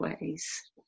ways